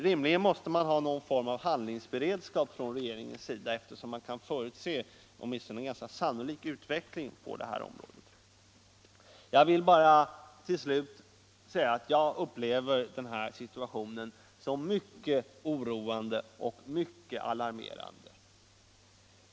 Rege ringen måste rimligen ha någon form av handlingsberedskap i denna — Nr 71 fråga, eftersom man kan förutse åtminstone en sannolik utveckling av Tisdagen den den 24 februari 1976 Slutligen vill jag bara framföra att jag upplever denna situation som mycket oroande och mycket alarmerande.